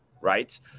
right